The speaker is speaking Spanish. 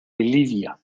iliria